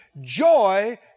Joy